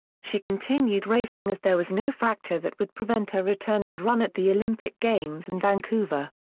she continued racing as there was no fracture that would prevent her return and run at the olympic games in vancouver.